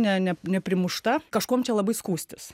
ne ne neprimušta kažkuom čia labai skųstis